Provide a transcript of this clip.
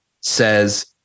says